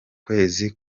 kwezi